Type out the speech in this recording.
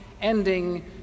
ending